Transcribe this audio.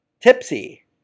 tipsy